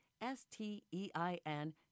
s-t-e-i-n